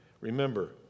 Remember